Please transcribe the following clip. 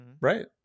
Right